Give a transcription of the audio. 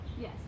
Yes